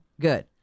good